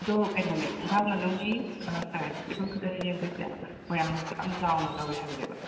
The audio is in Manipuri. ꯑꯗꯣ ꯀꯩꯅꯣꯅꯦ ꯏꯝꯐꯥꯜ ꯃꯅꯨꯡꯒꯤ ꯁꯉꯥꯏ ꯐꯦꯁꯇꯤꯕꯜ ꯈꯛꯇꯔꯥ ꯌꯦꯡꯗꯣꯏꯁꯦ ꯃꯣꯏꯔꯥꯡꯂꯣꯝꯗꯁꯨ ꯌꯥꯝꯅ ꯆꯥꯎꯅ ꯇꯧꯋꯦ ꯍꯥꯏꯕꯅꯦꯕ